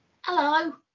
Hello